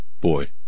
Boy